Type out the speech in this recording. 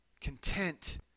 content